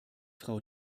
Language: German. frau